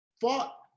fought